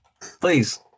please